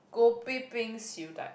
kopi peng siew dai